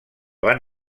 van